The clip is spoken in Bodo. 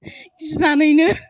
गिनानैनो